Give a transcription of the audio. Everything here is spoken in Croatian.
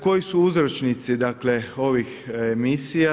Koji su uzročnici, dakle ovih emisija.